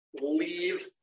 leave